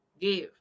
give